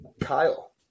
Kyle